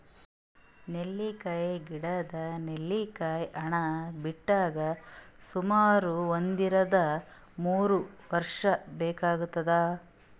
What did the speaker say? ನೆಲ್ಲಿಕಾಯಿ ಗಿಡದಾಗ್ ನೆಲ್ಲಿಕಾಯಿ ಹಣ್ಣ್ ಬಿಡ್ಲಕ್ ಸುಮಾರ್ ಒಂದ್ರಿನ್ದ ಮೂರ್ ವರ್ಷ್ ಬೇಕಾತದ್